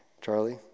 Charlie